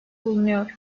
bulunuyor